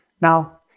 Now